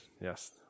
Yes